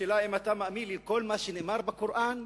השאלה, אם אתה מאמין לכל מה שנאמר בקוראן.